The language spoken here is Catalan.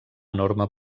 enorme